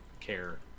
care